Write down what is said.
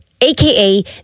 AKA